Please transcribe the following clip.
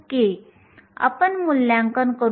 2 पिकोसेकंद होता